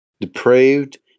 depraved